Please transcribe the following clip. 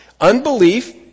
Unbelief